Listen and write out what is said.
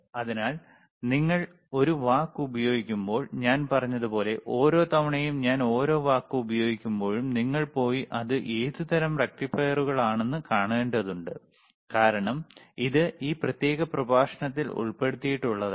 അതിനാൽ ഞാൻ ഒരു വാക്ക് ഉപയോഗിക്കുമ്പോൾ ഞാൻ പറഞ്ഞതുപോലെ ഓരോ തവണയും ഞാൻ ഓരോ വാക്കും ഉപയോഗിക്കുമ്പോഴും നിങ്ങൾ പോയി അത് ഏത് തരം റക്റ്റിഫയറുകളാണെന്ന് കാണേണ്ടതുണ്ട് കാരണം ഇത് ഈ പ്രത്യേക പ്രഭാഷണത്തിൽ ഉൾപ്പെടുത്തിയിട്ടുള്ളതല്ല